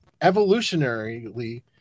evolutionarily